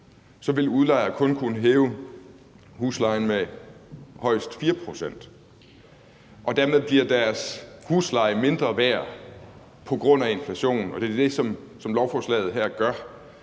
vil udlejere kun kunne hæve huslejen med højst 4 pct., og dermed bliver deres husleje mindre værd på grund af inflationen, og det er det, som lovforslaget her gør.